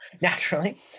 Naturally